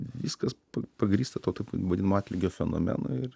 viskas pagrįsta tuo tok vadinamu atlygio fenomenu ir